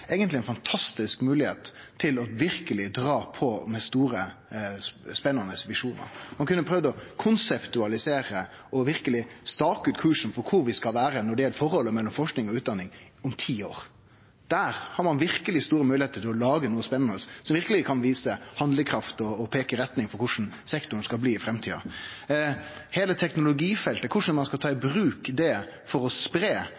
eigentleg ei fantastisk moglegheit til verkeleg å dra på med store, spennande visjonar. Ein kunne prøvd å konseptualisere og verkeleg stake ut kursen for kor vi skal vere når det gjeld forholdet mellom forsking og utdanning, om ti år. Der har ein verkeleg store moglegheiter til å lage noko spennande, som verkeleg kan vise handlekraft og peike retning for korleis sektoren skal bli i framtida. Heile teknologifeltet – korleis skal ein ta det i bruk for å spreie